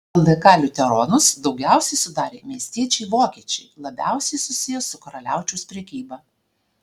ldk liuteronus daugiausiai sudarė miestiečiai vokiečiai labiausiai susiję su karaliaučiaus prekyba